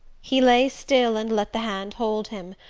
he lay still and let the hand hold him,